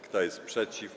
Kto jest przeciw?